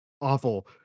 awful